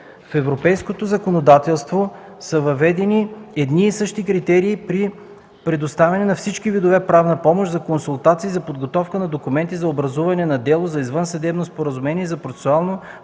В европейското законодателство са въведени едни и същи критерии при предоставяне на всички видове правна помощ – за консултации, за подготовка на документи за образуване на дело, за извънсъдебно споразумение и за процесуално